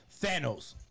Thanos